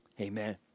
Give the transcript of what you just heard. amen